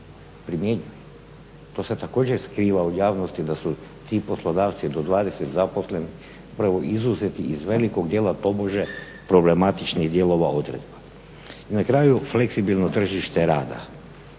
To se također skriva od javnosti da su ti poslodavci do 20 zaposlenih upravo izuzeti iz velikog dijela tobože problematičnih dijelova odredba. I na kraju fleksibilno tržište rada.